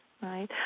Right